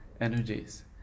energies